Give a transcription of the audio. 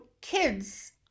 kids